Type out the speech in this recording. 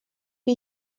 wie